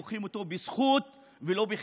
לוקחים אותו בזכות ולא בחסד.